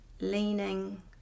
leaning